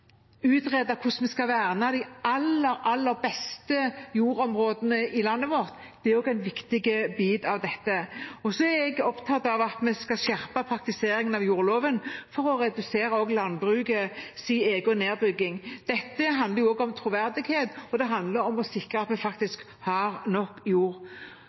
utrede hvordan vi skal verne de aller, aller beste jordområdene i landet vårt, er også en viktig bit av dette. Jeg er opptatt av at vi skal skjerpe praktiseringen av jordloven for å redusere også landbrukets egen nedbygging. Dette handler også om troverdighet, og det handler om å sikre at vi har nok jord.